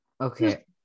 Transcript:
Okay